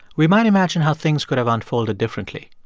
we might imagine how things could have unfolded differently.